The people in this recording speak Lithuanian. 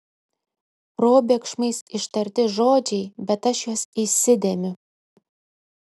probėgšmais ištarti žodžiai bet aš juos įsidėmiu